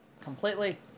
Completely